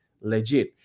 legit